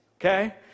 okay